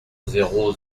zéro